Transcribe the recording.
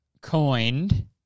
coined